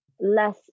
less